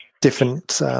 different